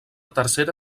tercera